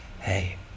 Hey